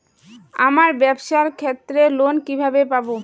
আমার ব্যবসার ক্ষেত্রে লোন কিভাবে পাব?